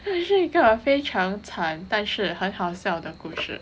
这是一个非常惨但是很好笑的故事